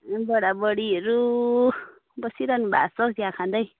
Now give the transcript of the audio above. बढा बढीहरू बसिरहनु भएको छ हौ चिया खाँदै